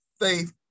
faith